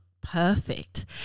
perfect